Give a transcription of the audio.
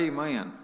Amen